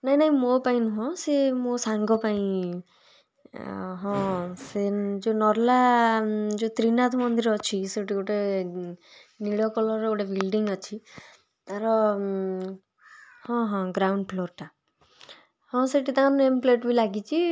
ନାଇଁ ନାଇଁ ମୋ ପାଇଁ ନୁହଁ ସେ ମୋ ସାଙ୍ଗ ପାଇଁ ହଁ ସେ ଯେଉଁ ନର୍ଲା ଯେଉଁ ତ୍ରିନାଥ ମନ୍ଦିର ଅଛି ସେଇଠି ଗୋଟେ ନୀଳ କଲରର ବିଲଡିଂ ଅଛି ତା'ର ହଁ ହଁ ଗ୍ରାଉଣ୍ଡ ଫ୍ଲୋରଟା ହଁ ସେଇଠି ତାଙ୍କର ନେମ୍ ପ୍ଲେଟ୍ ବି ଲାଗିଛି